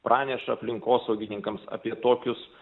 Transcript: praneša aplinkosaugininkams apie tokius